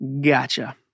Gotcha